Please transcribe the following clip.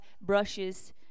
brushes